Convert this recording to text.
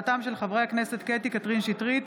חברי הכנסת קטי קטרין שטרית,